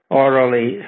orally